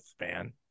man